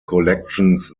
collections